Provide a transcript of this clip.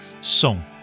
song